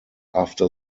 after